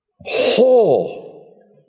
Whole